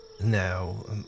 No